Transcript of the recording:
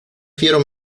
fiero